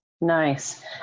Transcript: Nice